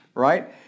right